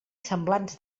semblants